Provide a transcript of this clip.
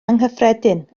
anghyffredin